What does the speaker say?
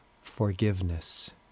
forgiveness